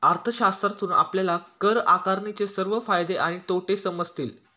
अर्थशास्त्रातून आपल्याला कर आकारणीचे सर्व फायदे आणि तोटे समजतील